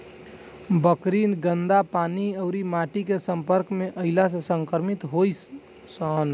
बकरी गन्दा पानी अउरी माटी के सम्पर्क में अईला से संक्रमित होली सन